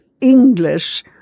English